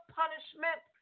punishment